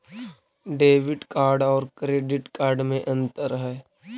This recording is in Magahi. डेबिट कार्ड और क्रेडिट कार्ड में अन्तर है?